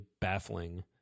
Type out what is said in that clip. baffling